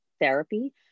therapy